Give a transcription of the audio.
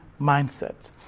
mindset